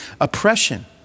oppression